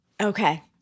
Okay